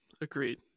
Agreed